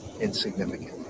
insignificant